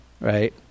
right